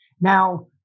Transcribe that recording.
Now